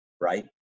right